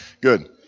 good